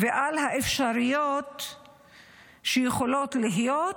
על האפשריות שיכולות להיות,